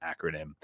acronym